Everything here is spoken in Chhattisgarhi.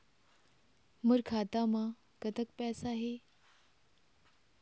मोर खाता म कतक पैसा हे?